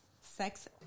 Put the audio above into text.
sex